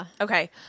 Okay